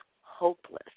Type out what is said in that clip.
hopeless